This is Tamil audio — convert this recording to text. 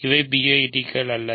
இவை PID கள் அல்ல